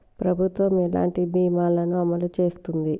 ప్రభుత్వం ఎలాంటి బీమా ల ను అమలు చేస్తుంది?